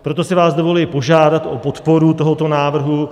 Proto si vás dovoluji požádat o podporu tohoto návrhu.